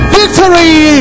victory